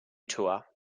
tour